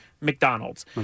McDonald's